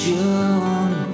June